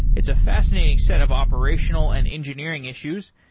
it's a fascinating set of operational and engineering issues,